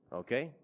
okay